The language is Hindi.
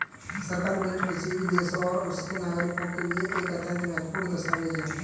सरकारी बजट किसी भी देश और उसके नागरिकों के लिए एक अत्यंत महत्वपूर्ण दस्तावेज है